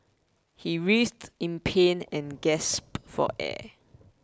he writhed in pain and gasped for air